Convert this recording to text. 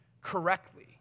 correctly